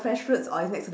fresh fruits or it's next to